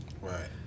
Right